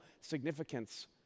significance